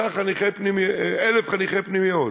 25,000 חניכי פנימיות.